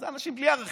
הם אנשים בלי ערכים,